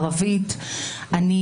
ו-וואלה,